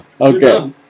Okay